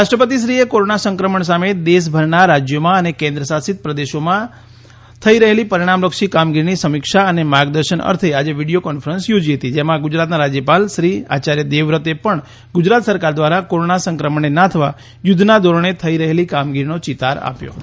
રાષ્ટ્રપતિશ્રીએ corona સંક્રમણ સામે દેશભરના રાજ્યોમાં અને કેન્દ્રશાસિત પ્રદેશોમાં થઇ રહેલી પરીણામલક્ષી કામગીરીની સમીક્ષા અને માર્ગદર્શન આજે વીડિયો કોન્ફરન્સ યોજાઇ હતી જેમાં ગુજરાતના રાજ્યપાલશ્રી આચાર્ય દેવવ્રતે પણ ગુજરાત સરકાર દ્વારા કોરોના સંક્રમણને નાથવા યુદ્ધના ધોરણે થઇ રહેલી કામગીરીનો ચિતાર આપ્યો હતો